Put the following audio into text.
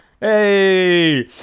Hey